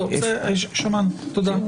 תודה.